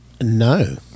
No